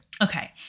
Okay